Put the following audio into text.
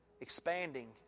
expanding